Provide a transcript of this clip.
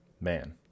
Man